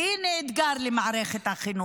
והינה אתגר למערכת החינוך.